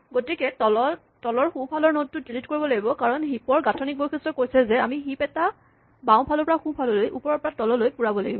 গতিকে এই তলৰ সোঁফালৰ নডটো ডিলিট কৰিব লাগিব কাৰণ হিপ ৰ গাঠনিক বৈশিষ্টই কৈছে যে আমি হিপ এটা বাওঁফালৰ পৰা সোঁফাললৈ ওপৰৰ পৰা তললৈ পুৰাব লাগিব